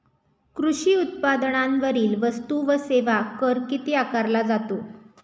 कृषी उत्पादनांवरील वस्तू व सेवा कर किती आकारला जातो?